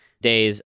days